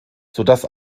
sodass